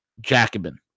Jacobin